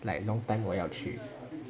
like long time 我要去